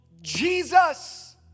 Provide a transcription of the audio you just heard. Jesus